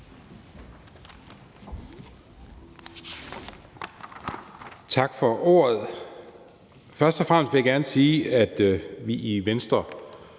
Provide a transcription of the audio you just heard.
Tak for ordet. Først og fremmest vil jeg gerne sige, at vi i Venstre